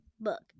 book